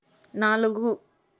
నాలుగు